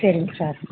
சரிங்க சார்